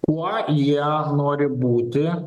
kuo jie nori būti